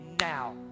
now